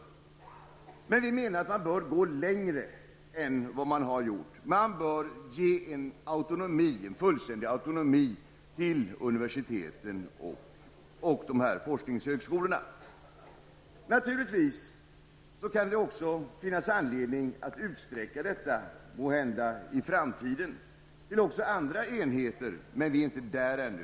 Vi menar emellertid att man bör gå längre än vad man har gjort. Man bör ge en fullständig autonomi till universiteten och också forskningshögskolorna. Naturligvis kan det också finnas anledning att måhända i framtiden utsträcka detta till även andra enheter. Men vi är inte där ännu.